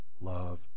love